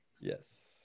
Yes